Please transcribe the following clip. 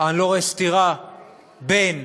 בין